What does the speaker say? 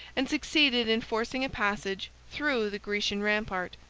and succeeded in forcing a passage through the grecian rampart,